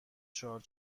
شارژ